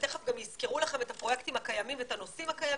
ותיכף גם יסקרו לכם את הפרויקטים הקיימים ואת הנושאים הקיימים,